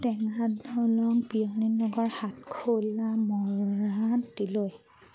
টেঙা দলং পিয়লি নগৰ হাটখোলা মৰাণ তিলৈ